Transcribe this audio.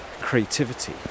creativity